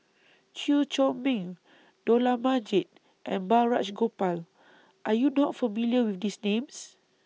Chew Chor Meng Dollah Majid and Balraj Gopal Are YOU not familiar with These Names